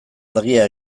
argia